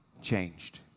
changed